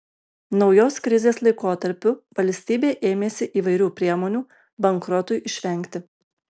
naujos krizės laikotarpiu valstybė ėmėsi įvairių priemonių bankrotui išvengti